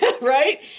right